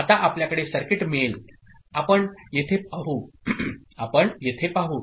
आता आपल्याकडे सर्किट मिळेल आपण येथे पाहु